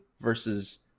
versus